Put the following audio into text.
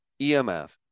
EMF